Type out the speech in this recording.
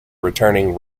returning